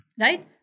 Right